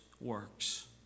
works